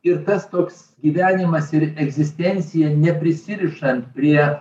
ir tas toks gyvenimas ir egzistencija neprisirišant prie